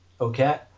okay